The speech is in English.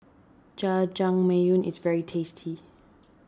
Jajangmyeon is very tasty